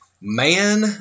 Man